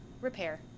repair